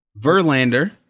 Verlander